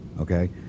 okay